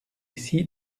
ici